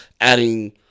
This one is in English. adding